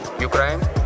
Ukraine